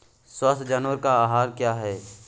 स्वस्थ जानवर का आहार क्या है?